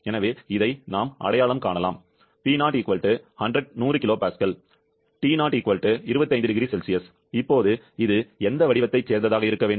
எனவே இதை நாம் அடையாளம் காணலாம் P0 100 kPa T0 25 0C இப்போது இது எந்த வடிவத்தைச் சேர்ந்ததாக இருக்க வேண்டும்